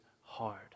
hard